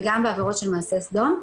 וגם בעבירות של מעשה סדום,